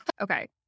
Okay